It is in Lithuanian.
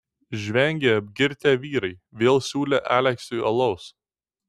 žvengė apgirtę vyrai vėl siūlė aleksiui alaus